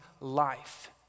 life